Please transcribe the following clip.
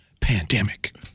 pandemic